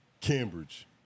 Cambridge